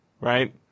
right